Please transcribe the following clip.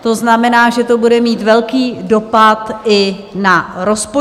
To znamená, že to bude mít velký dopad i na rozpočet.